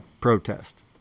Protest